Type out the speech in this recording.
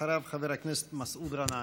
אחריו, חבר הכנסת מסעוד גנאים.